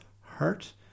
hurt